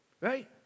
Right